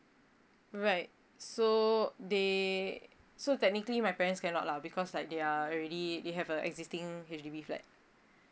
right so they so technically my parents cannot lah because like they are already they have a existing H_D_B flat